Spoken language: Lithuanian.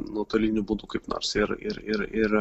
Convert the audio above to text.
nuotoliniu būdu kaip nors ir ir ir